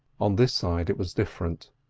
on this side it was different.